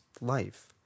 life